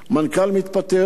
מנכ"ל מתפטר,